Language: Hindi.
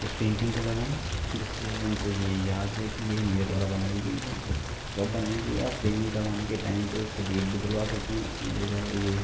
उस पेन्टिंग को लगाएँ जिससे उनको ये याद रहे कि येह मेरे द्वारा बनाई गई है कब बनाई गई आप फ़्रेमिंग करवाने के टाइम पे उसपे डेट भी डलवा सकते हैं कि मेरे द्वारा ये